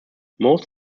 most